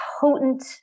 potent